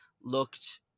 looked